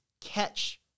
catch